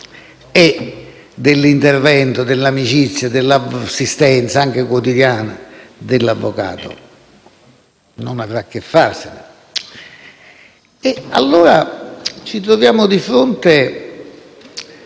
e dell'intervento, dell'amicizia e dell'assistenza anche quotidiana dell'avvocato non avrà di che farsene. Ci troviamo allora di fronte